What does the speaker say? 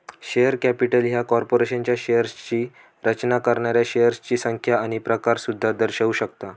share capital ह्या कॉर्पोरेशनच्या शेअर्सची रचना करणाऱ्या शेअर्सची संख्या आणि प्रकार सुद्धा दर्शवू शकता